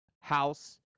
House